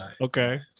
Okay